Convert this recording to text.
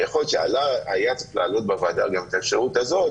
יכול להיות שהיה צריך להעלות בוועדה גם את האפשרות הזאת,